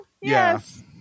Yes